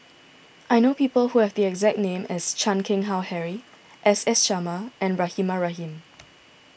I know people who have the exact name as Chan Keng Howe Harry S S Sarma and Rahimah Rahim